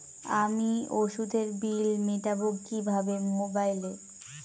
আমি ওষুধের বিল মেটাব কিভাবে মোবাইলে?